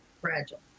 fragile